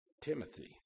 Timothy